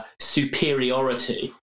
superiority